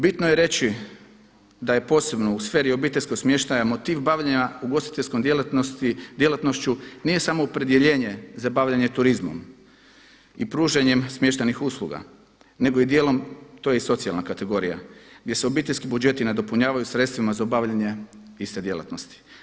Bitno je reći da je posebno u sferi obiteljskog smještaja motiv bavljenja ugostiteljskom djelatnošću nije samo opredjeljenje za bavljenje turizmom i pružanjem smještajnih usluga, nego i dijelom to je i socijalna kategorija gdje se obiteljski budžeti nadopunjavaju sredstvima za obavljanje iste djelatnosti.